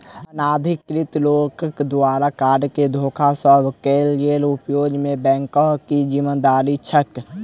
अनाधिकृत लोकक द्वारा कार्ड केँ धोखा सँ कैल गेल उपयोग मे बैंकक की जिम्मेवारी छैक?